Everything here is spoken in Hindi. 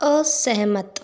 असहमत